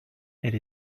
elle